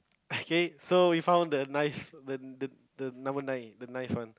okay so we found the ninth the the the number nine the ninth one